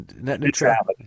Neutrality